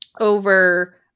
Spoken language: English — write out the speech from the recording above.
over